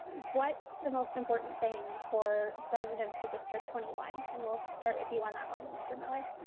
what's the most important thing for residents of district twenty one? and we'll start with you on that one, mr. miller?